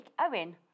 Owen